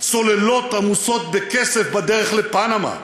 סוללות עמוסות בכסף בדרך לפנמה,